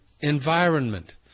environment